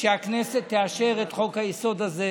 שהכנסת תאשר את חוק-היסוד הזה,